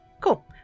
Cool